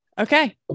Okay